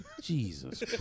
Jesus